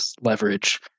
leverage